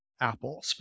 Apple